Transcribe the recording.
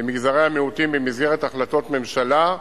במגזרי המיעוטים במסגרת החלטות ממשלה,